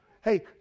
Hey